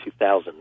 2000